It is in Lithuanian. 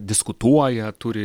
diskutuoja turi